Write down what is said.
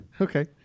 Okay